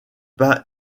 pas